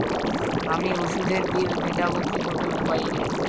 আমি ওষুধের বিল মেটাব কিভাবে মোবাইলে?